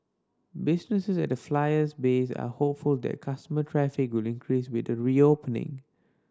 businesses at the Flyer's base are hopeful that customer traffic will increase with the reopening